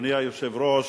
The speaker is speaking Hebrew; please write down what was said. אדוני היושב-ראש,